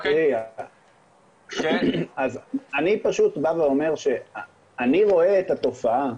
אני פשוט בא ואומר שאני רואה את התופעה,